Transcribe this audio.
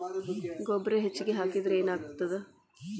ಗೊಬ್ಬರ ಹೆಚ್ಚಿಗೆ ಹಾಕಿದರೆ ಏನಾಗ್ತದ?